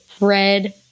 red